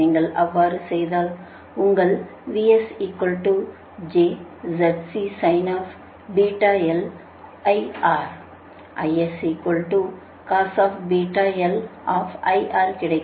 நீங்கள் அவ்வாறு செய்தால் உங்களுக்கு கிடைக்கும்